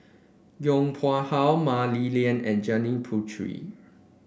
Yong Pung How Mah Li Lian and Janil Puthucheary